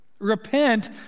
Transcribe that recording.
Repent